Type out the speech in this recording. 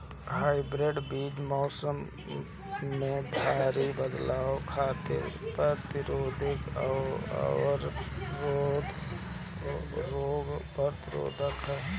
hybrid बीज मौसम में भारी बदलाव खातिर प्रतिरोधी आउर रोग प्रतिरोधी ह